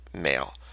male